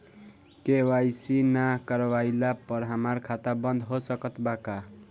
KYC ना करवाइला पर हमार खाता बंद हो सकत बा का?